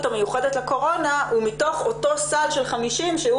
המיוחדת לקורונה הוא מתוך אותו סל של 50 מיליון שהוא